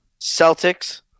Celtics